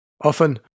often